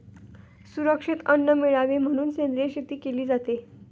सुरक्षित अन्न मिळावे म्हणून सेंद्रिय शेती केली जाते